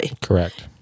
Correct